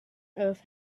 earth